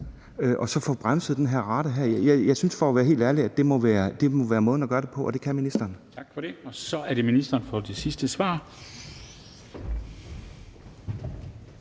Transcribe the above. og så få bremset den her rate. Jeg synes for at være helt ærlig, at det må være måden at gøre det på, og det kan ministeren. Kl. 12:56 Formanden (Henrik Dam Kristensen):